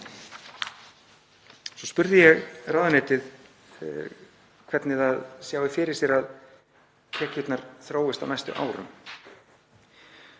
Svo spurði ég ráðuneytið hvernig það sæi fyrir sér að tekjurnar þróuðust á næstu árum.